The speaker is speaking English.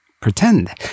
Pretend